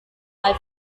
als